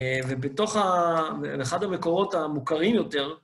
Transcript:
ובתוך, באחד המקורות המוכרים יותר...